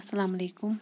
اَسَلامُ علیکُم